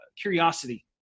curiosity